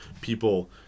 people